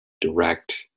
direct